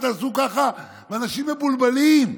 תעשו ככה, ואנשים מבולבלים,